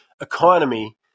economy